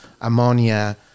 ammonia